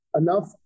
enough